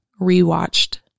rewatched